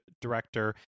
director